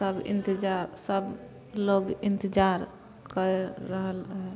सब इन्तजार सभलोक इन्तजार करि रहल हइ